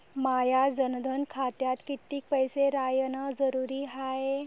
माया जनधन खात्यात कितीक पैसे रायन जरुरी हाय?